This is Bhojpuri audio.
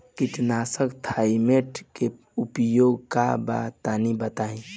कीटनाशक थाइमेट के प्रयोग का बा तनि बताई?